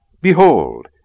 Behold